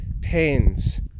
pains